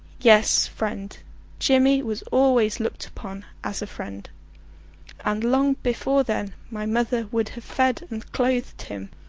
yes, friend jimmy was always looked upon as a friend and long before then my mother would have fed and clothed him,